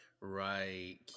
Right